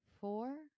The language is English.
four